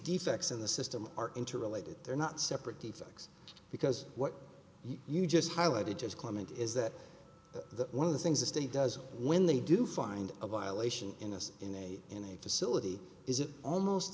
defects in the system are interrelated they're not separate effects because what you just highlighted to comment is that one of the things the state does when they do find a violation in a in a in a facility is it almost